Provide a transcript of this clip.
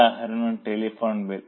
ഉദാഹരണം telephone bill